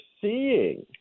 seeing